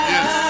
Yes